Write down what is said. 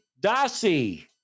Dossie